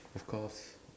of course